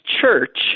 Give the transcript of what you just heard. church